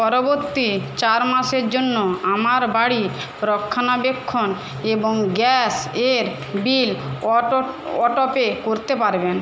পরবর্তী চার মাসের জন্য আমার বাড়ি রক্ষণাবেক্ষণ এবং গ্যাসের বিল অটোপে করতে পারবেন